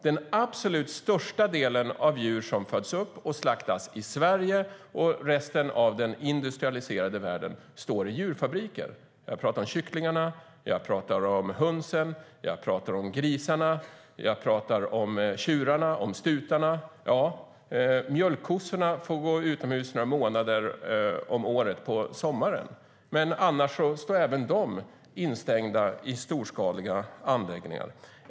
Den absolut största delen av djur som föds upp och slaktas i Sverige och resten av den industrialiserade världen står i djurfabriker. Jag pratar om kycklingarna, hönsen, grisarna, tjurarna och stutarna. Mjölkkossorna får gå utomhus några månader om året på sommaren, men annars står även de instängda i storskaliga anläggningar.